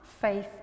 Faith